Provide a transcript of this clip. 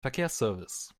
verkehrsservice